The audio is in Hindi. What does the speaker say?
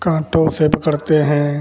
काँटों से पकड़ते हैं